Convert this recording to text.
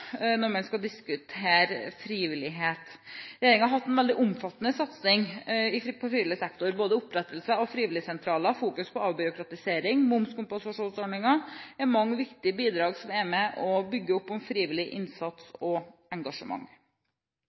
når man skal diskutere frivillighet. Regjeringen har hatt en veldig omfattende satsing på frivillig sektor. Både opprettelse av frivillighetssentraler, fokus på avbyråkratisering og momskompensasjonsordninger er viktige bidrag som bygger opp om frivillig innsats og engasjement.